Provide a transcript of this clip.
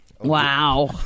Wow